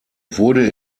wurde